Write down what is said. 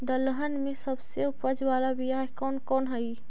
दलहन में सबसे उपज बाला बियाह कौन कौन हइ?